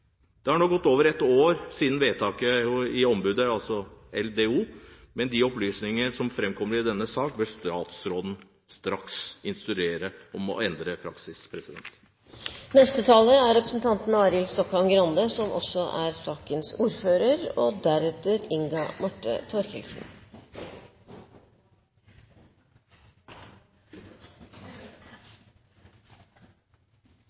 Det er nå gått over ett år siden vedtaket i Likestillings- og diskrimineringsombudet, LDO. Med de opplysninger som framkommer i denne sak, bør statsråden straks instruere om å endre praksis. Det er